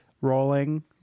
rolling